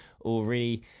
already